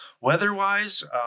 weather-wise